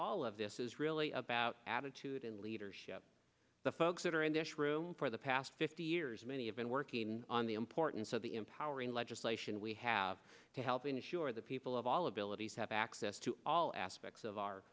all of this is really about attitude and leadership the folks that are in this room for the past fifty years many have been working on the importance of the empowering legislation we have to help ensure the people of all abilities have access to all aspects of our